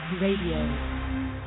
Radio